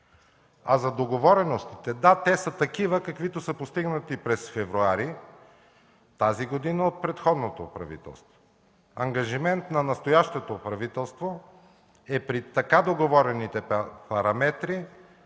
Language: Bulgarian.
А за договореностите – да, те са такива, каквито са постигнати през февруари тази година от предходното правителство. Ангажимент на настоящото правителство е при така договорените параметри